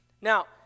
now